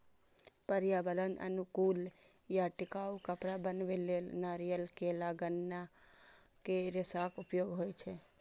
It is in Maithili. पर्यावरण अनुकूल आ टिकाउ कपड़ा बनबै लेल नारियल, केला, गन्ना के रेशाक उपयोग होइ छै